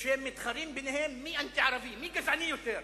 שמתחרים ביניהם מי אנטי-ערבי, מי גזעני יותר.